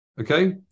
Okay